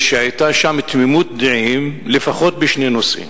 והיתה שם תמימות דעים לפחות בשני נושאים: